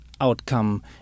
outcome